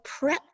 prepped